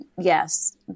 yes